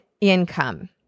income